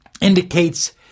indicates